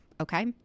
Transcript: okay